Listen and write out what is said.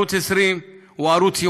ערוץ 20 הוא ערוץ ייעודי,